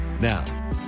Now